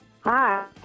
Hi